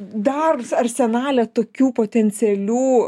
dar arsenale tokių potencialių